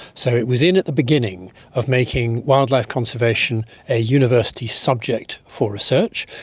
so it was in at the beginning of making wildlife conservation a university subject for research,